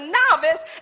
novice